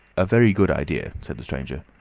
a very good idea, said the stranger.